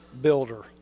builder